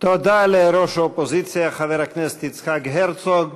תודה לראש האופוזיציה חבר הכנסת יצחק הרצוג.